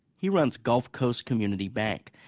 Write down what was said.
he runs gulf coast community bank.